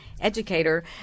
educator